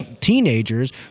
teenagers